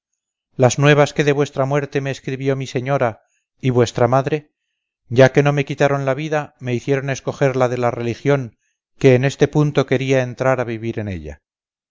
las nuevas que de vuestra muerte me escribió mi señora y vuestra madre ya que no me quitaron la vida me hicieron escoger la de la religión que en este punto quería entrar a vivir en ella